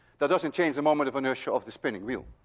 that doesn't change the moment of inertia of the spinning wheel.